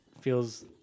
feels